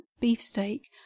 beefsteak